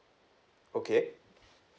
okay